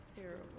terrible